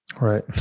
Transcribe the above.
Right